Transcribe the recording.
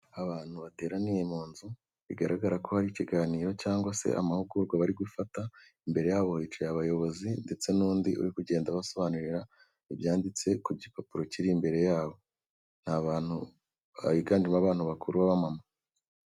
Abantu bateraniye mu nzu bigaragara ko hari ikiganiro cyangwa se amahugurwa bari gufata, imbere yabo hicaye abayobozi ndetse n'undi uri kugenda abasobanurira ibyanditse ku gipapuro kiri imbere yabo, ni abantu higanjemo abantu bakuru b'abamama.